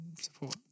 support